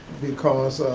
because